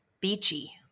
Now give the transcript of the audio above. beachy